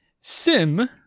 Sim